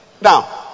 now